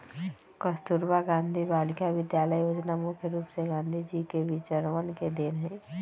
कस्तूरबा गांधी बालिका विद्यालय योजना मुख्य रूप से गांधी जी के विचरवन के देन हई